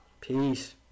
Peace